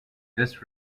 this